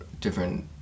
different